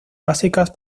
básicas